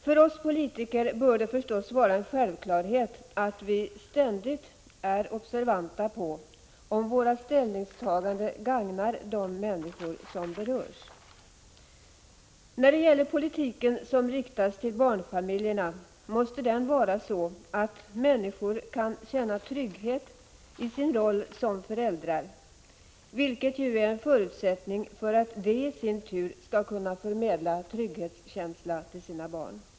För oss politiker bör det förstås vara en självklarhet att vi ständigt är observanta på att våra ställningstaganden gagnar de människor som berörs. Politiken vad gäller barnfamiljerna måste därför vara sådan att människor kan känna trygghet i sin roll som föräldrar, vilket ju är en förutsättning för att de i sin tur skall kunna förmedla trygghetskänsla till sina barn.